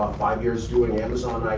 five years doing amazon,